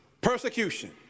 persecution